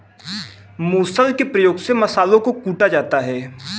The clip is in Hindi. मुसल के प्रयोग से मसालों को कूटा जाता है